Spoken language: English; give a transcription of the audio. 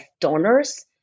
donors